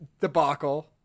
debacle